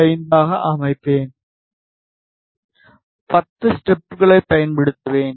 55 ஆக அமைப்பேன் 10 ஸ்டெப்களைப் பயன்படுத்துவேன்